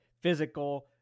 physical